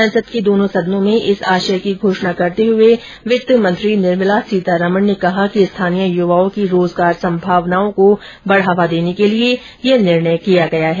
संसद के दोनों सदनों में इस आशय की घोषणा करते हुए वित्त मंत्री निर्मला सीतारमण ने कहा कि स्थानीय युवाओं की रोजगार संभावनाओं को बढ़ावा देने के लिए यह निर्णय किया गया है